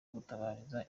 gutabariza